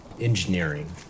engineering